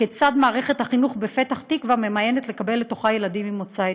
כיצד מערכת החינוך בפתח-תקווה ממאנת לקבל לתוכה ילדים ממוצא אתיופי,